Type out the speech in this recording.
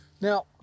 Now